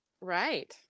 Right